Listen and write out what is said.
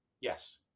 Yes